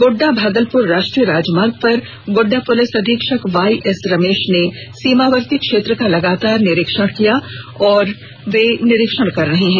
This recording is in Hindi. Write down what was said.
गोड्डा भागलपुर राष्ट्रीय राजमार्ग पर गोड्डा पुलिस अधीक्षक वाईएस रमेश ने सीमावर्ती क्षेत्र का लगातार निरीक्षण कर रहे हैं